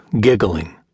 giggling